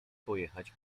pojechać